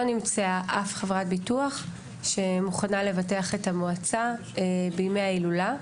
נמצאה אף חברת ביטוח שמוכנה לבטח את המועצה בימי ההילולה,